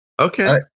okay